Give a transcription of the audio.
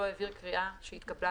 לא העביר קריאה שהתקבלה,